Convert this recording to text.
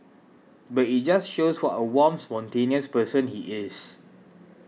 but it just shows what a warm spontaneous person he is